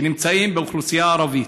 שנמצאים באוכלוסייה הערבית,